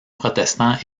protestants